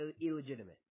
illegitimate